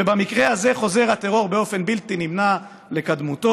ובמקרה הזה חוזר הטרור באופן בלתי נמנע לקדמותו.